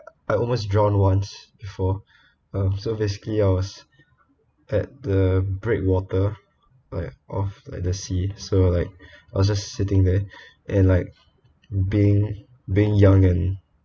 I almost drowned once before um so basically I was at the breakwater like off at the sea so like I'll just sitting there and like being being young and